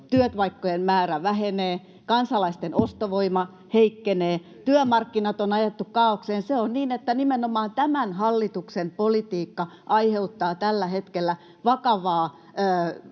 työpaikkojen määrä vähenee, kansalaisten ostovoima heikkenee, työmarkkinat on ajettu kaaokseen. Se on niin, että nimenomaan tämän hallituksen politiikka aiheuttaa tällä hetkellä vakavaa vahinkoa